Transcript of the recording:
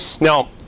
Now